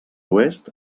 oest